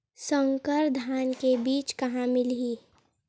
संकर धान के बीज कहां मिलही?